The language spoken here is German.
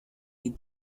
die